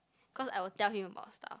cause I will tell him about stuff